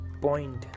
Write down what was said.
point